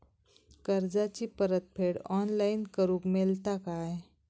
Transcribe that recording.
कर्जाची परत फेड ऑनलाइन करूक मेलता काय?